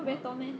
very tall meh